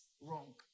wrong